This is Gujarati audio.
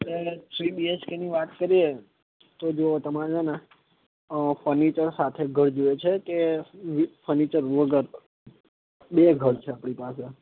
એટલે થ્રી બીએચકે ની વાત કરીએ તો જુઓ તમારે છે ને ફર્નિચર સાથે ઘર જોઈએ છે કે ફર્નિચર વગર બે ઘર છે આપણી પાસે